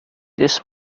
this